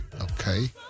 Okay